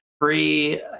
free